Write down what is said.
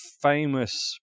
famous